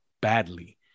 badly